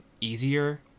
easier